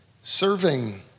serving